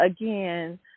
again